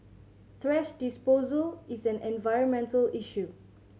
thrash disposal is an environmental issue